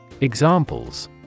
Examples